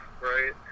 right